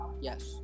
yes